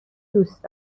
دوست